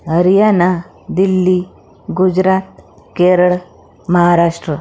Haryana Delhi Gujarat Kerala Maharashtra